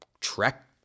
trek